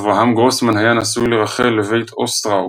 אברהם גרוסמן היה נשוי לרחל לבית אוסטראו